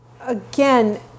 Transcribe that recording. again